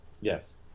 Yes